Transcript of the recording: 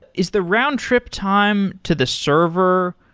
is the round-trip time to the server?